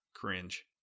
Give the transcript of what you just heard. cringe